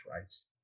rights